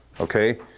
Okay